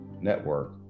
network